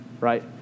right